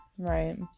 Right